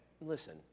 listen